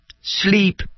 sleep